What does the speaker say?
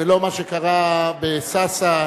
ולא מה שקרה בסאסא,